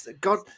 God